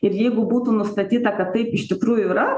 ir jeigu būtų nustatyta kad taip iš tikrųjų yra